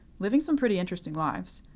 living some pretty interesting lives,